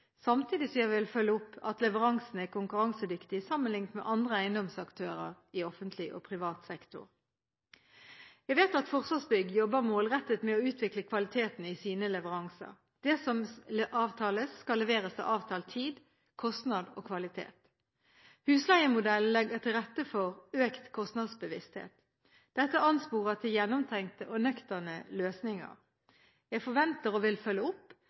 samtidig som jeg vil følge opp at leveransene er konkurransedyktige sammenlignet med andre eiendomsaktører i offentlig og privat sektor. Jeg vet at Forsvarsbygg jobber målrettet med å utvikle kvaliteten i sine leveranser. Det som avtales, skal leveres til avtalt tid, kostnad og kvalitet. Husleiemodellen legger til rette for økt kostnadsbevissthet. Dette ansporer til gjennomtenkte og nøkterne løsninger. Jeg forventer, og vil følge opp,